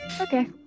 Okay